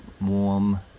warm